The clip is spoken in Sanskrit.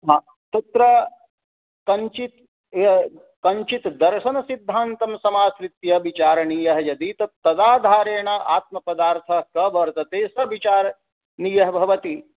तत्र कञ्चित् कञ्चित् दर्शनसिद्धान्तं समाश्रित्य विचारणीयः यदि तत् तदाधारेण आत्मपदार्थः स वर्तते स विचारणीयः भवति